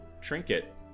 Trinket